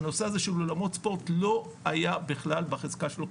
הנושא הזה של אולמות ספורט לא היה בכלל בחזקה שלו,